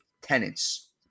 tenants